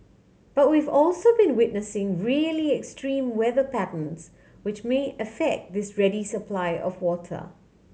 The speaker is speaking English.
but we've also been witnessing really extreme weather patterns which may affect this ready supply of water